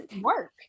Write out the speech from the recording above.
work